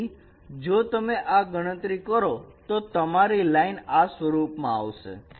તેથી જો તમે આ ગણતરી કરો તો તમારી લાઈન આ સ્વરૂપમાં આવશે